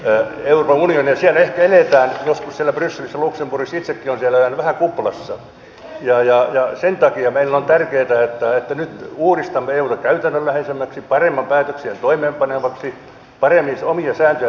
siellä ehkä eletään joskus siellä brysselissä luxemburgissa itsekin olen siellä elänyt vähän kuplassa ja sen takia meille on tärkeätä että nyt uudistamme euta käytännönläheisemmäksi paremmin päätöksiä toimeenpanevaksi paremmin omia sääntöjään noudattavaksi ja vähemmän byrokraattiseksi